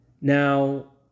Now